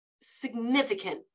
significant